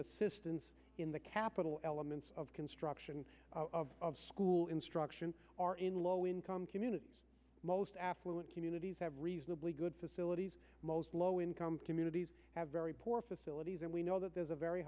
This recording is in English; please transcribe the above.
assistance in the capital elements of construction of school instruction are in low income communities most affluent communities have reasonably good facilities most low income communities have very poor facilities and we know that there's a very